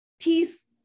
peace